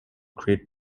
create